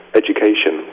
education